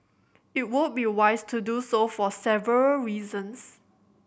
it would be wise to do so for several reasons